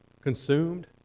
consumed